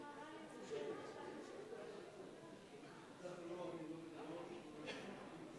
ההורים של לי זיתוני, זיכרונה לברכה, עלו וסיפרו